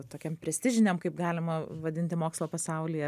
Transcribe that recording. tokiam prestižiniam kaip galima vadinti mokslo pasaulyje